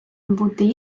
бути